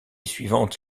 suivante